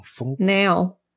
Now